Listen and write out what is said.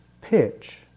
pitch